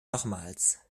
nochmals